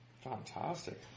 Fantastic